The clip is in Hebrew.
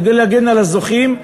כדי להגן על הזוכים,